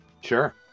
Sure